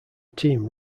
team